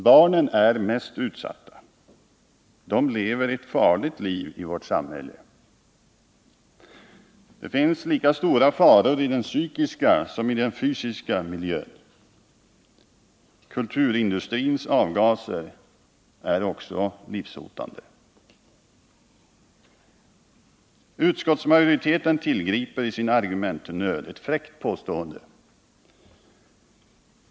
Barnen är mest utsatta. De lever ett farligt liv i vårt samhälle. Det finns lika stora faror i den psykiska som i den fysiska miljön. Kulturindustrins avgaser är, också de, livshotande. Utskottsmajoriteten tillgriper i sin argumentnöd ett fräckt påstående.